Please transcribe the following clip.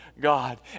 God